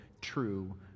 true